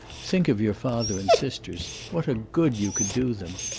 think of your father and sisters what a good you could do them!